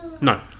No